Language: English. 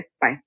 Bye